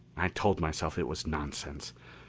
i told myself it was nonsense.